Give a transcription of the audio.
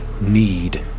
need